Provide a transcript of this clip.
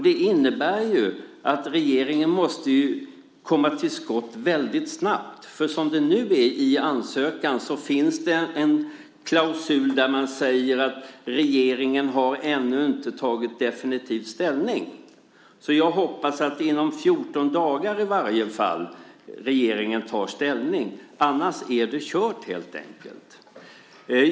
Det innebär att regeringen måste komma till skott väldigt snabbt. I ansökan finns det nämligen en klausul där man säger att regeringen ännu inte har tagit definitiv ställning. Jag hoppas därför att regeringen i varje fall inom 14 dagar tar ställning, annars är det kört helt enkelt.